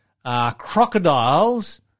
Crocodiles